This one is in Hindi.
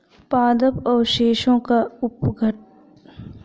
पादप अवशेषों का अपघटन पशु मुक्त कृषि में खाद के लिए मुख्य शर्त है